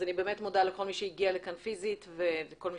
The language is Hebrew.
מודה לכל מי שהגיע לכאן פיזית וכל מי